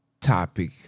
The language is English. topic